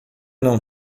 não